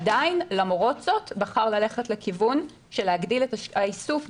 עדיין למרות זאת בחר ללכת לכיוון של להגדיל איסוף,